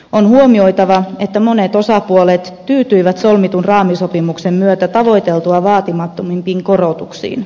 on huomioitava että monet osapuolet tyytyivät solmitun raamisopimuksen myötä tavoiteltua vaatimattomampiin korotuksiin